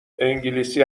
انگلیسی